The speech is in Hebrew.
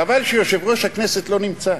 חבל שיושב-ראש הכנסת לא נמצא.